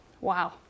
wow